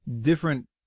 different